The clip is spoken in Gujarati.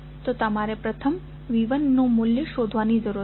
તો તમારે પ્રથમ V1 નું મૂલ્ય શોધવાની જરૂર છે